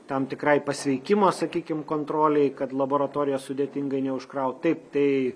tam tikrai pasveikimo sakykim kontrolei kad laboratorijos sudėtingai neužkraut taip tai